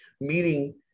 meeting